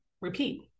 repeat